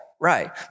right